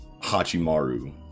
Hachimaru